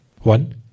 one